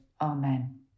Amen